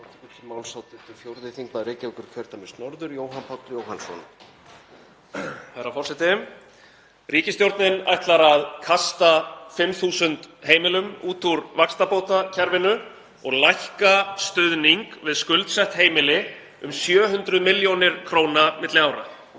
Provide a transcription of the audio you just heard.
Ríkisstjórnin ætlar að kasta 5.000 heimilum út úr vaxtabótakerfinu og lækka stuðning við skuldsett heimili um 700 millj. kr. milli ára.